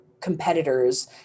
competitors